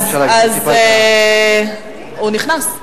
אפשר להגביר טיפה את, הוא נכנס.